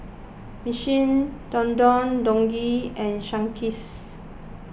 Michelin Don Don Donki and Sunkist